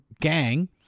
gang